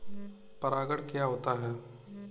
परागण क्या होता है?